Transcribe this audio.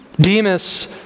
Demas